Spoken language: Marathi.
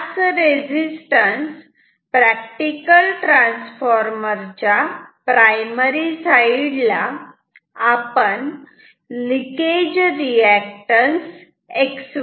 हाच रेजिस्टन्स प्रॅक्टिकल ट्रांसफार्मर च्या प्रायमरी साईड ला आपण लिकेज रिअॅक्टन्स X1 असे म्हणू यात